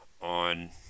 on